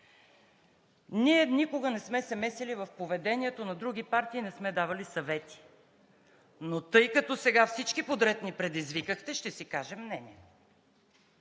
Ние никога не сме се месили в поведението на други партии и не сме давали съвети, но тъй като сега всички подред ни предизвикахте, ще си кажем мнението.